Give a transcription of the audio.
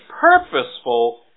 purposeful